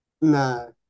No